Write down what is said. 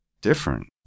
different